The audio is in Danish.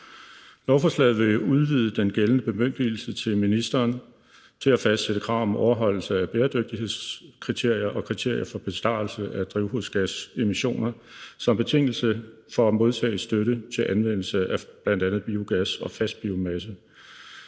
Lovforslaget vil udvide den gældende bemyndigelse til ministeren til at fastsætte krav om overholdelse af bæredygtighedskriterier og kriterier for besparelse af drivhusgasemissioner som betingelse for at modtage støtte til anvendelse af bl.a. biogas og fast biomasse,